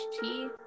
tea